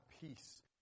peace